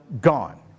gone